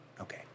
Okay